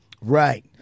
Right